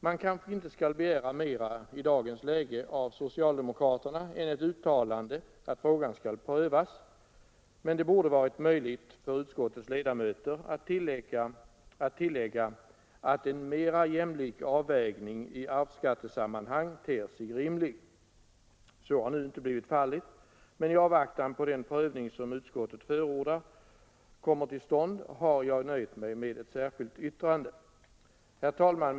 Man kanske inte skall begära mera i dagens läge av socialdemokraterna än ett uttalande att frågan skall prövas, men det borde varit möjligt för utskottets ledamöter att tillägga att en mera jämlik avvägning i arvsskattesammanhang ter sig rimlig. Så har nu inte blivit fallet, men i avvaktan på att den prövning som utskottet förordar kommer till stånd har jag nöjt mig med ett särskilt yttrande. Fru talman!